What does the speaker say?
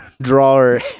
drawer